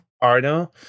Arno